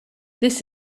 this